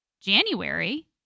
January